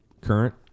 current